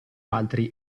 altri